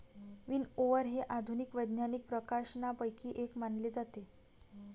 विनओवर हे आधुनिक वैज्ञानिक प्रकाशनांपैकी एक मानले जाते